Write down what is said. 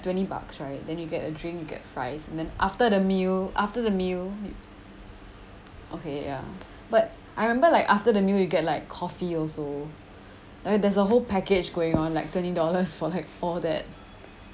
twenty bucks right then you get a drink you get fries and then after the meal after the meal okay ya but I remember like after the meal you get like coffee also th~ there's a whole package going on like twenty dollars for like all that